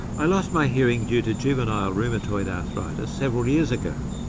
i lost my hearing due to juvenile rheumatoid arthritis several years ago.